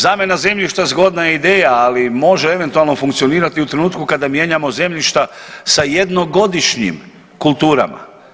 Zamjena zemljišta zgodna je ideja, ali može eventualno funkcionirati u trenutku kada mijenjamo zemljišta sa jednogodišnjim kulturama.